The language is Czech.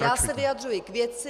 Já se vyjadřuji k věci.